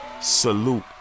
Salute